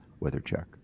WeatherCheck